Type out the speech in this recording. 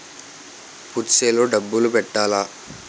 Purse లో డబ్బులు పెట్టలా?